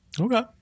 Okay